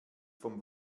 vom